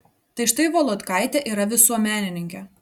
tai štai volodkaitė yra visuomenininkė